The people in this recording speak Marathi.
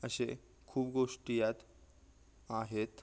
असे खूप गोष्टी यात आहेत